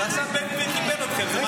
ועכשיו בן גביר --- אתכם.